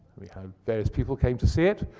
i mean um various people came to see it.